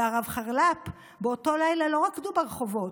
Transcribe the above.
והרב חרל"פ באותו לילה לא רקדו ברחובות.